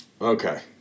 Okay